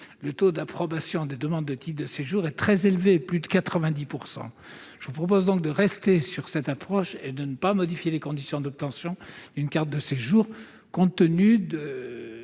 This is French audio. le taux d'approbation des demandes de titre de séjour est très élevé : plus de 90 %. Je vous propose donc de rester sur cette approche et de ne pas modifier les conditions d'obtention d'une carte de séjour, compte tenu des